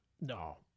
No